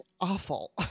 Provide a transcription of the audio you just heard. awful